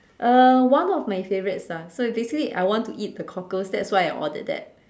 uh one of my favorites ah so basically I want to eat the cockles that's why I ordered that